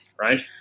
right